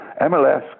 MLS